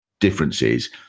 differences